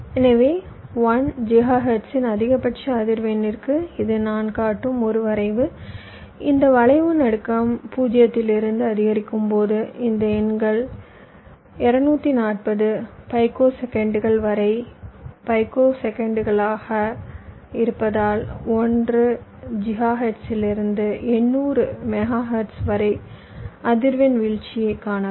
எனவே 1 ஜிகாஹெர்ட்ஸின் அதிகபட்ச அதிர்வெண்ணிற்கு இது நான் காட்டும் ஒரு வரைவு இந்த வளைவு நடுக்கம் 0 இலிருந்து அதிகரிக்கும் போது இந்த எண்கள் 240 பைக்கோசெகண்டுகள் வரை பைக்கோசெகண்டுகளாக இருப்பதால் 1 ஜிகாஹெர்ட்ஸிலிருந்து 800 மெகாஹெர்ட்ஸ் வரை அதிர்வெண் வீழ்ச்சியைக் காணலாம்